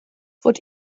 fod